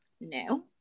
no